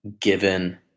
given